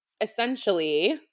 Essentially